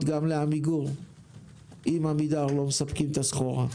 גם לעמיגור אם עמידר לא מספקים את הסחורה.